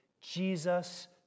Jesus